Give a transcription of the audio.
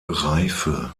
reife